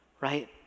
Right